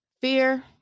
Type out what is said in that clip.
fear